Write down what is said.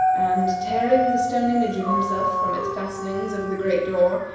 and tearing the stone image of himself from its fastenings over the great door,